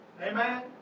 Amen